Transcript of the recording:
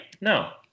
No